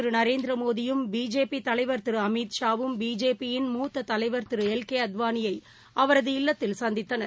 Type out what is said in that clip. திருநரேந்திரமோடியும் பிஜேபிதலைவர் திருஅமித்ஷாவும் பிஜேபி யின் மூத்ததலைவர் பிரதமர் திருஎல் கேஅத்வானியைஅவரது இல்லத்தில் சந்தித்தனர்